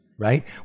right